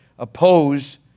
oppose